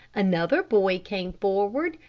another boy came forward,